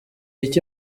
iki